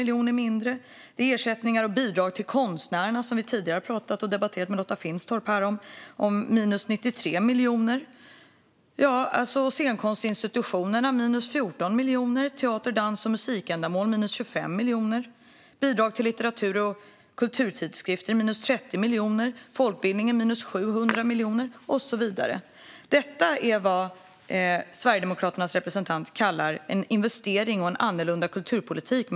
Vidare är det minus 93 miljoner till ersättningar och bidrag till konstnärerna, vilket jag tidigare debatterat med Lotta Finstorp om. För scenkonstinstitutionerna är det minus 14 miljoner, teater, dans och musikändamål minus 25 miljoner, bidrag till litteratur och kulturtidskrifter minus 30 miljoner, folkbildningen minus 700 miljoner och så vidare. Detta är vad Sverigedemokraternas representant kallar en investering och en annorlunda kulturpolitik.